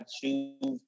choose